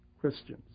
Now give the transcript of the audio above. Christians